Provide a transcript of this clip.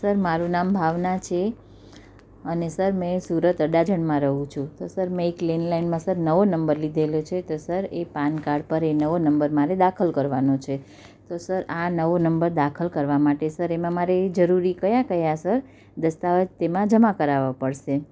sir મારું નામ ભાવના છે અને સર મેં સુરત અડાજણમાં રહું છું તો સર મેં એક લેન્ડલાઇનમાં સર એક નવો નંબર લીધેલો છે તો સર એ પાનકાર્ડ પર એ નવો નંબર મને દાખલ કરવાનો છે તો સર આ નવો નંબર દાખલ કરવા માટે સર એમાં મારે જરૂરી કયા કયા સર દસ્તાવેજ તેમાં જમા કરાવવા પડશે